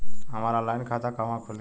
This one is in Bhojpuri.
हमार ऑनलाइन खाता कहवा खुली?